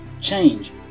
change